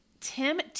Tim